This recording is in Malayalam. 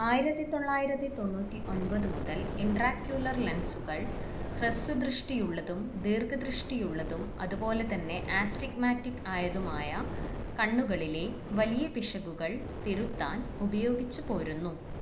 ആയിരത്തി തൊള്ളായിരത്തി തൊണ്ണുറ്റി ഒൻപത് മുതൽ ഇൻട്രാക്യുലർ ലെൻസുകൾ ഹ്രസ്വദൃഷ്ടിയുള്ളതും ദീർഘദൃഷ്ടിയുള്ളതും അതുപോലെ തന്നെ ആസ്റ്റിഗ്മാറ്റിക്ക് ആയതുമായ കണ്ണുകളിലെ വലിയ പിശകുകൾ തിരുത്താൻ ഉപയോഗിച്ചു പോരുന്നു